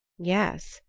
yes,